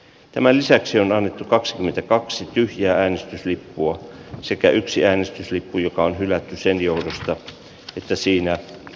tämän lisäksi on noin kaksikymmentäkaksi tyhjää äänestyslippua sekä yksi äänestyslippu joka on hylätty sen johdosta että siinä